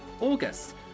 August